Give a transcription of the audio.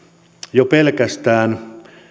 jo pelkästään